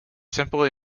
simply